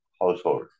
household